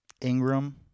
Ingram